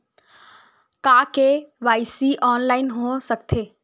का KYC online हो सकथे?